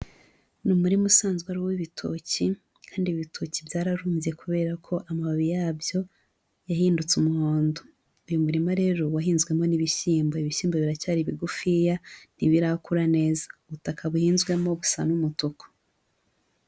Ni umurima usanzwe ari uw'ibitoki, kandi ibi bitoki byararumbye kubera ko amababi yabyo yahindutse umuhondo, uyu muririma rero wahinzwemo n'ibishyimbo, ibishyimbo biracyari bigufiya ntibirakura neza, ubutaka buhinzwemo busa n'umutuku.